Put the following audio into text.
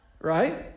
Right